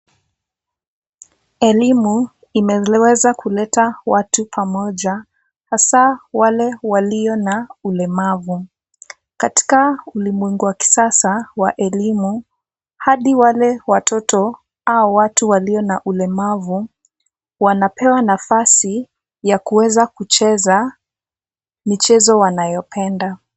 Elimu imeweza kuleta watu pamoja hasa wale walio na ulemavu. Katika ulimwengu wa kisasa wa elimu hadi wale watoto au watu walio na ulemavu wanapewa nafasi ya kuweza kucheza michezo wanayopenda.